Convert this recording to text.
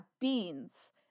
beans